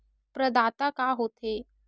प्रदाता का हो थे?